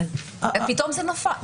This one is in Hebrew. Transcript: פתאום זה נוסף.